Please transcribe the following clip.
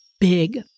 big